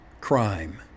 crime